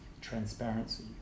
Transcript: transparency